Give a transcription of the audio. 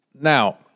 Now